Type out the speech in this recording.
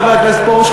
חבר הכנסת פרוש,